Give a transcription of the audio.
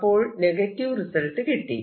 അപ്പോൾ negative result കിട്ടി